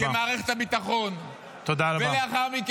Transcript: -- כמערכת הביטחון -- תודה רבה.